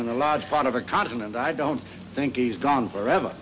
in a large part of a continent i don't think is gone forever